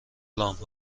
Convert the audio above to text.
لامپ